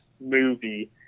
movie